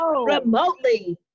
remotely